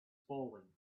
falling